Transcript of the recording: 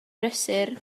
brysur